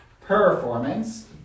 performance